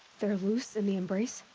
they're loose in the embrace?